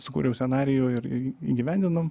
sukūriau scenarijų ir į įgyvendinom